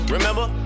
Remember